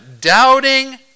doubting